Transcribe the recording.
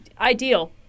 ideal